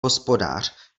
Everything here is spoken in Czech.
hospodář